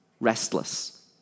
restless